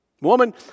Woman